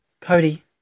Cody